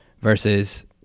versus